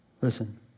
Listen